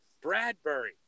Bradbury